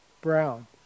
brown